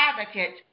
advocate